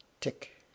Tick